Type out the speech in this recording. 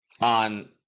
on